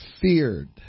feared